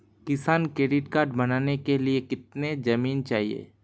किसान credit card बनाने के लिए कितनी जमीन चाहिए?